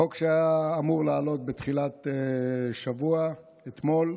חוק שהיה אמור לעלות בתחילת השבוע, אתמול,